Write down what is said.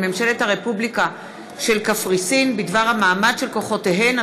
ממשלת הרפובליקה של קפריסין בדבר המעמד של כוחותיהן,